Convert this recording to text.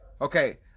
okay